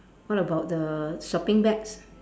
what about the shopping bags